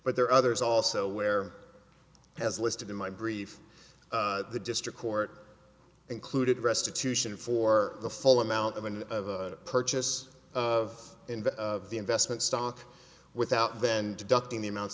but there are others also where as listed in my brief the district court included restitution for the full amount of and purchase of the investment stock without then deducting the amounts